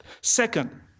Second